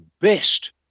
best